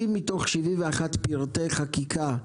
60 מתוך 71 פירטי חקיקה,